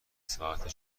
ساعت